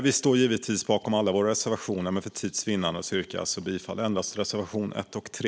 Vi står givetvis bakom alla våra reservationer, men för tids vinnande yrkar jag alltså bifall endast till reservationerna 1 och 3.